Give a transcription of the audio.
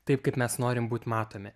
taip kaip mes norim būt matomi